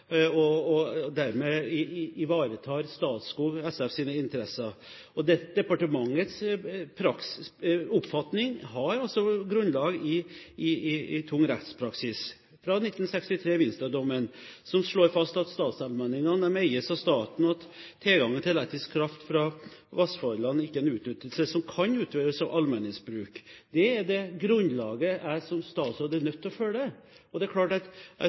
vannkraften og dermed ivaretar Statskog SFs interesser. Departementets oppfatning har altså grunnlag i tung rettspraksis, fra 1963, Vinstra-dommen, som slår fast at statsallmenningene eies av staten, og at tilgangen til elektrisk kraft fra vassfallene ikke er en utnyttelse som kan brukes av allmenningen. Det er det grunnlaget jeg som statsråd er nødt til å følge, og det er klart at